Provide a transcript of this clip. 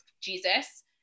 jesus